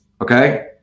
okay